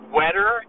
wetter